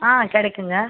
ஆ கிடைக்குங்க